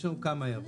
יש לנו כמה הערות,